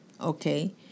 okay